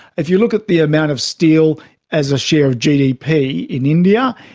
if you look at the amount of steel as a share of gdp in india,